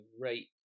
rate